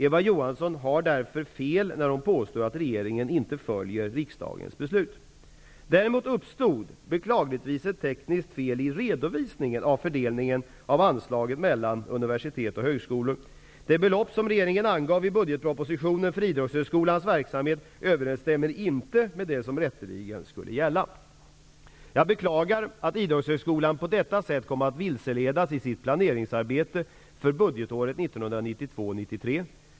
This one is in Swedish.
Eva Johansson har således fel när hon påstår att regeringen inte följer riksdagens beslut. Däremot uppstod beklagligtvis ett tekniskt fel i redovisningen av fördelningen av anslaget mellan universitet och högskolor. Det belopp som regeringen angav i budgetpropositionen för Idrottshögskolans verksamhet överensstämmer inte med det som rätteligen skulle gälla. Jag beklagar att Idrottshögskolan på detta sätt kom att vilseledas i sitt planeringsarbete för budgetåret 1992/93.